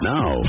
Now